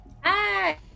hi